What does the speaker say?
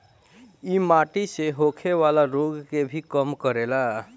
इ माटी से होखेवाला रोग के भी कम करेला